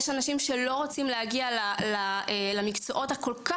יש אנשים שלא רוצים להגיע למקצועות הכל-כך